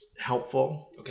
helpful